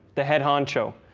the head honcho.